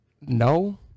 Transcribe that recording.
no